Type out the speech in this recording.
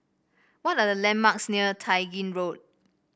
what are the landmarks near Tai Gin Road